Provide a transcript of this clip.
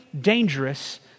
dangerous